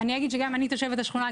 אני אגיד שגם אני תושבת השכונה,